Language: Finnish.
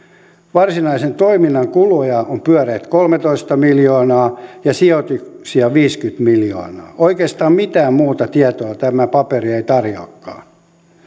varsinaisen toiminnan kuluja on pyöreät kolmetoista miljoonaa ja sijoituksia viisikymmentä miljoonaa oikeastaan mitään muuta tietoa tämä paperi ei tarjoakaan